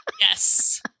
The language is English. Yes